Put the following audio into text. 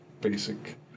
basic